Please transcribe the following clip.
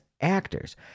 actors